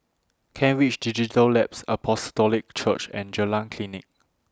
Kent Ridge Digital Labs Apostolic Church and Jalan Klinik